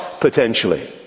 potentially